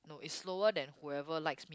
no is slower than whoever likes me